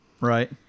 Right